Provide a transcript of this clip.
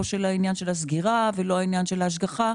לא עניין הסגירה ולא עניין ההשגחה.